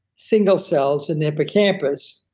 single cells in the hippocampus,